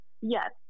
Yes